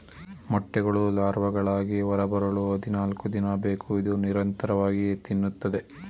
ಮೊಟ್ಟೆಗಳು ಲಾರ್ವಾಗಳಾಗಿ ಹೊರಬರಲು ಹದಿನಾಲ್ಕುದಿನ ಬೇಕು ಇದು ನಿರಂತರವಾಗಿ ತಿನ್ನುತ್ತದೆ